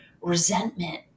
resentment